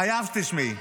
חייב שתשמעי.